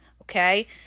Okay